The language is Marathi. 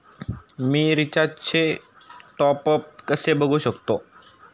मी रिचार्जचे टॉपअप कसे बघू शकतो?